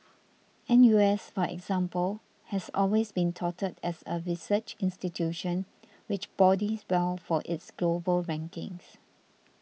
N U S for example has always been touted as a research institution which bodes well for its global rankings